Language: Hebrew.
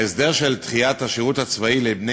ההסדר של דחיית השירות הצבאי לבני